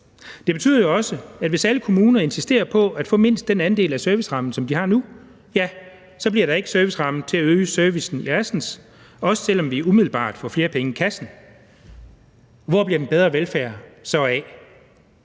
Det betyder jo også, at hvis alle kommuner insisterer på at få mindst den andel af servicerammen, som de har nu, ja, så bliver der ikke serviceramme til at øge servicen i Assens, også selv om vi umiddelbart får flere penge i kassen. Hvor bliver den bedre velfærd så af?